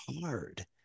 hard